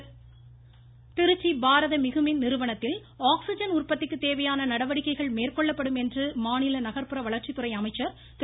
திருச்சி அமைச்சர்கள் திருச்சி பாரத மிகுமின் நிறுவனத்தில் ஆக்சிஜன் உற்பத்திக்கு தேவையான நடவடிக்கைகள் மேற்கொள்ளப்படும் என்று மாநில நகர்ப்புற வளர்ச்சித்துறை அமைச்சர் திரு